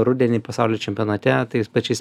rudenį pasaulio čempionate tais pačiais